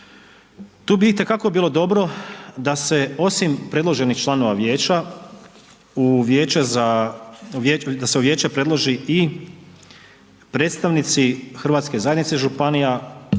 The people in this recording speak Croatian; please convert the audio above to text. tu bi itekako bilo dobro da se osim predloženih članova vijeće da se u vijeće predloži i predstavnici Hrvatske zajednice županija,